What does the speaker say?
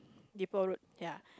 Depot Road ya